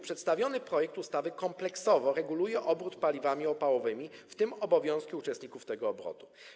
Przedstawiony projekt ustawy kompleksowo reguluje obrót paliwami opałowymi, w tym obowiązki uczestników tego obrotu.